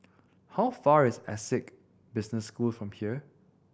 how far is Essec Business School from here